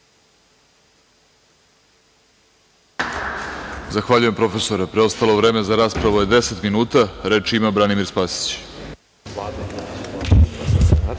Zahvaljujem, profesore. Preostalo vreme za raspravu je 10 minuta. Reč ima Branimir Spasić.